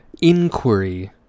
inquiry